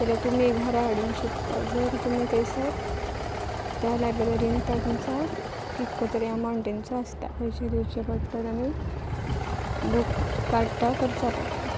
जाल्यार तुमी घरा हाडूंक शकता जर तुमी थंयसर त्या लायब्ररींत तां तुमचां कितको तरी अमावंट तेंचो आसता पयशे दिवचे पडटात आनी बूक कार्ड तां करचां पडटा